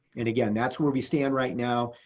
and again, that's where we stand right now.